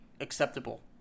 acceptable